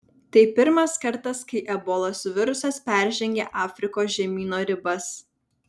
tai pirmas kartas kai ebolos virusas peržengė afrikos žemyno ribas